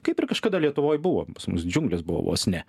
kaip ir kažkada lietuvoj buvo pas mus džiunglės buvo vos ne